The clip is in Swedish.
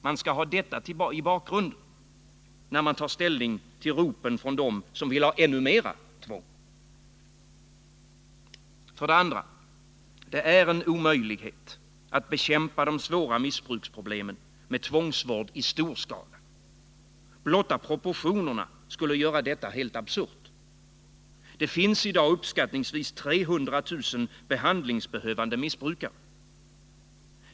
Man skall ha detta i bakgrunden när man tar ställning till ropen från dem som vill ha ännu mera tvång. Vidare: Det är en omöjlighet att bekämpa de svåra missbruksproblemen med tvångsvård i stor skala. Blotta proportionerna skulle göra detta helt absurt. Det finns i dag uppskattningsvis 300 000 behandlingsbehövande missbrukare.